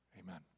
Amen